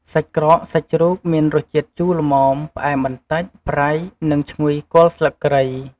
សាច់ក្រកសាច់ជ្រូក មានរសជាតិជូរល្មម ផ្អែមបន្តិច ប្រៃ និងឈ្ងុយគល់ស្លឹកគ្រៃ។